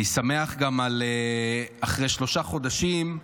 אני שמח גם על שאחרי שלושה חודשים,